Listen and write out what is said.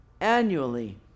annually